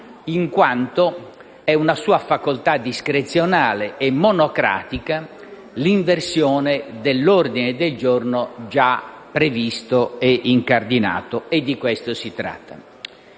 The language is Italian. in quanto è una sua facoltà discrezionale e monocratica l'inversione dell'ordine del giorno già previsto e incardinato, e di questo si tratta.